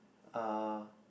uh